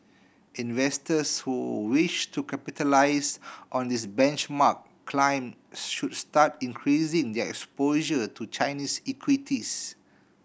investors who wish to capitalise on this benchmark climb should start increasing their exposure to Chinese equities